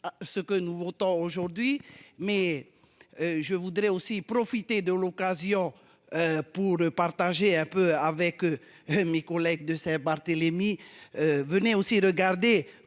ce que nous votons aujourd'hui mais. Je voudrais aussi profiter de l'occasion. Pour partager un peu avec. Mes collègues de Saint-Barthélemy. Venait aussi de garder